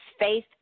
faith